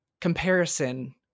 comparison